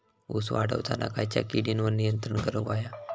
ऊस वाढताना खयच्या किडींवर नियंत्रण करुक व्हया?